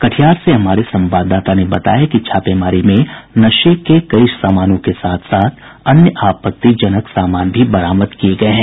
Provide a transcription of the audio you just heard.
कटिहार से हमारे संवाददाता ने बताया है कि छापेमारी में नशे के कई सामनों के साथ साथ अन्य आपत्तिजनक सामान भी बरामद किए गये हैं